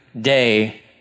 day